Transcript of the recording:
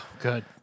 Good